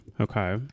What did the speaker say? Okay